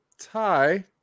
tie